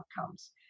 outcomes